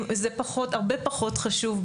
זה הרבה פחות חשוב,